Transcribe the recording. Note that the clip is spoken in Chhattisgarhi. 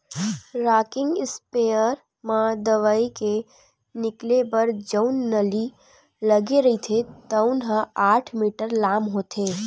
रॉकिंग इस्पेयर म दवई के निकले बर जउन नली लगे रहिथे तउन ह आठ मीटर लाम होथे